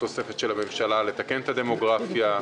תוספת של הממשלה לתקן את הדמוגרפיה,